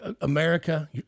America